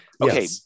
Okay